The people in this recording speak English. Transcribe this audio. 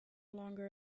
longer